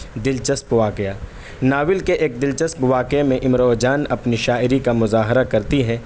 دلچسپ واقعہ ناول کے ایک دلچسپ واقعے میں امراؤ جان اپنی شاعری کا مظاہرہ کرتی ہے